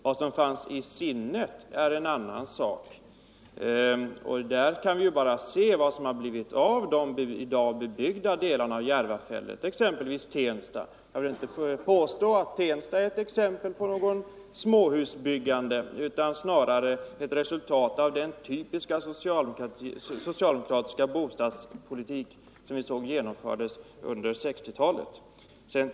Vad som fanns i sinnet är en annan sak. Vi kan bara se vad det blivit av de bebyggda delarna av Järvafältet, exempelvis Tensta. Jag vill inte påstå att Tensta är ett exempel på något småhusbyggande utan snarare ett resultat av den typiska socialdemokratiska bostadspolitik som vi såg genomföras under 1960-talet.